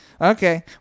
okay